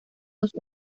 los